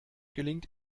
gelingt